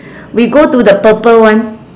we go to the purple one